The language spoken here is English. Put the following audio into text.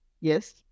yes